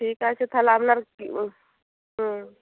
ঠিক আছে তাহলে আপনার কি ওই হুম